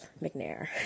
McNair